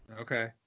Okay